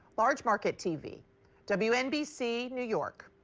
large market tv wnbc, new york,